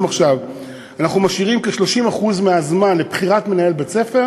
עכשיו אנחנו משאירים כ-30% מהזמן לבחירת מנהל בית-הספר